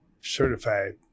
certified